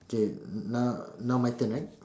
K now now my turn right